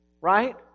right